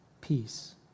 peace